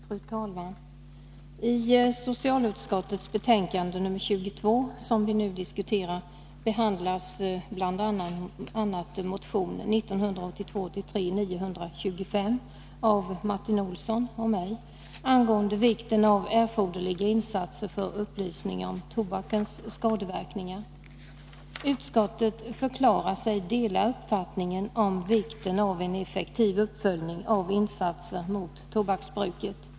Fru talman! I socialutskottets betänkande nr 22, som vi nu diskuterar, behandlas bl.a. motion 1982/83:925 av Martin Olsson och mig angående vikten av erforderliga insatser för upplysning om tobakens skadeverkningar. Utskottet förklarar sig dela uppfattningen om vikten av en effektiv uppföljning av insatser mot tobaksbruket.